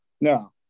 No